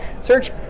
search